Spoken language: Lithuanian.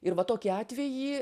ir va tokį atvejį